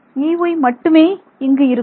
Ey மட்டுமே இங்கு இருக்கும்